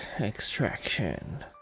Extraction